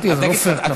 זה לא פייר כלפיה.